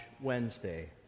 Wednesday